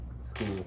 school